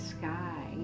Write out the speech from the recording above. sky